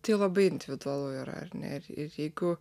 tai labai individualu yra ar ne ir jeigu